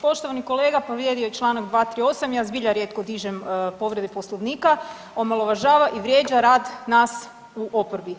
Poštovani kolega povrijedio je čl. 238., ja zbilja rijetko dižem povrede Poslovnika, omalovažava i vrijeđa rad nas u oporbi.